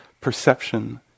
perception